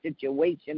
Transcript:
situation